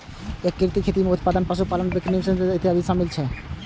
एकीकृत खेती मे फसल उत्पादन, पशु पालन, वानिकी इत्यादि शामिल रहै छै